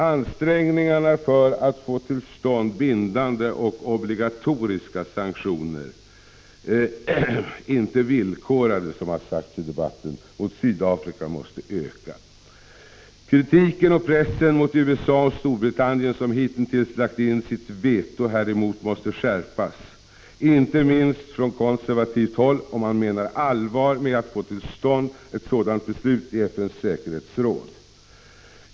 Ansträngningarna att få till stånd bindande och obligatoriska sanktioner — inte villkorade, som det har sagts i debatten — mot Sydafrika måste öka. Kritiken och pressen mot USA och Storbritannien, som hitintills lagt in sitt veto häremot, måste skärpas, inte minst från konservativt håll om man menar allvar med att få till stånd ett sådant beslut i FN:s säkerhetsråd.